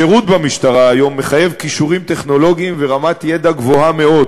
השירות במשטרה היום מחייב כישורים טכנולוגיים ורמת ידע גבוהה מאוד